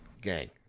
gang